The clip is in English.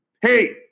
Hey